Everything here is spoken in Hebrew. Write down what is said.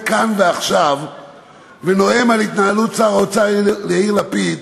עכשיו ונאם על התנהלות שר האוצר יאיר לפיד,